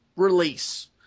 release